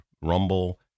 Rumble